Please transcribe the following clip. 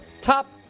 top